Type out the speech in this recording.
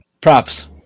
props